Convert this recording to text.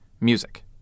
music